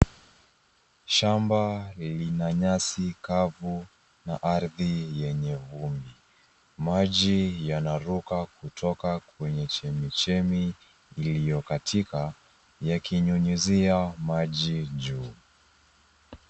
Shamba lina nyasi kavu na ardhi yenye vumbi. Maji yanaruka kutoka kwenye chemichemi iliyokatika yakinyunyizia maji juu.